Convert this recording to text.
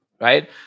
right